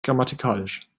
grammatikalisch